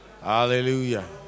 Hallelujah